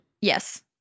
Yes